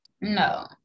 No